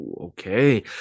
Okay